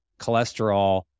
cholesterol